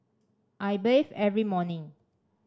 I bathe every morning